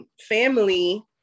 family